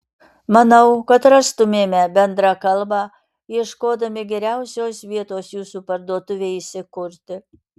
manau kad rastumėme bendrą kalbą ieškodami geriausios vietos jūsų parduotuvei įsikurti